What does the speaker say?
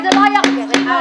אדוני,